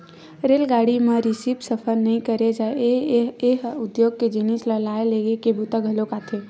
रेलगाड़ी म सिरिफ सफर नइ करे जाए ए ह उद्योग के जिनिस ल लाए लेगे के बूता घलोक आथे